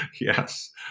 yes